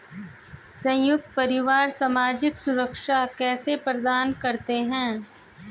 संयुक्त परिवार सामाजिक सुरक्षा कैसे प्रदान करते हैं?